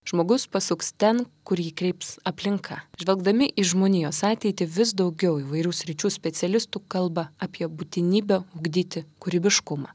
žmogus pasuks ten kur jį kreips aplinka žvelgdami į žmonijos ateitį vis daugiau įvairių sričių specialistų kalba apie būtinybę ugdyti kūrybiškumą